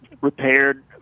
repaired